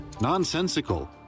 nonsensical